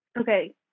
Okay